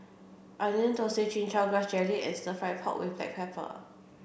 Onion Thosai Chin Chow Grass Jelly and Stir Fry Pork with Black Pepper